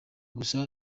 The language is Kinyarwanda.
gusa